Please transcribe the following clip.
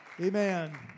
Amen